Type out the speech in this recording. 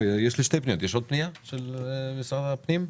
יש לי שתי פניות, יש עוד פנייה של משרד הפנים?